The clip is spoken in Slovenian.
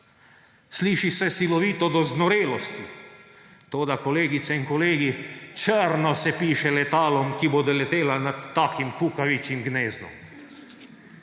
Sliši se silovito do znorelosti, toda kolegice in kolegi, črno se piše letalom, ki bodo letela nad takim kukavičjim gnezdom!